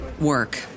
work